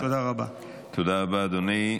תודה רבה, אדוני.